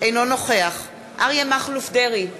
אינו נוכח אריה מכלוף דרעי,